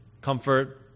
comfort